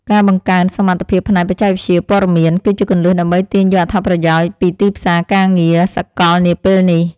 ការបង្កើនសមត្ថភាពផ្នែកបច្ចេកវិទ្យាព័ត៌មាន គឺជាគន្លឹះដើម្បីទាញយកអត្ថប្រយោជន៍ពីទីផ្សារការងារសកលនាពេលនេះ។